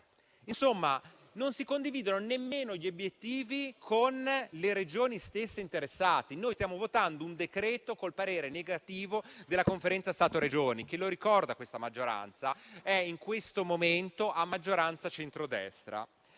urgenti; non si condividono nemmeno gli obiettivi con le stesse Regioni interessate. Stiamo votando un decreto con il parere negativo della Conferenza Stato-Regioni che - lo ricordo alla maggioranza - in questo momento è a maggioranza centrodestra.